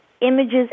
images